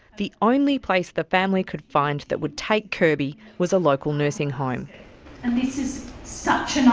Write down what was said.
the only place the family could find that would take kirby was a local nursing home, and this is such